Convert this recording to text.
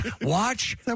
Watch